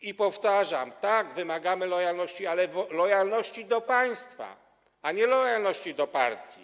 I powtarzam: tak, wymagamy lojalności, ale lojalności wobec państwa, a nie lojalności wobec partii.